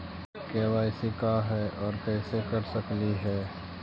KYC का है, और कैसे कर सकली हे?